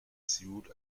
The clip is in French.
séoul